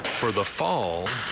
for the fall,